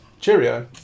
Cheerio. ¶¶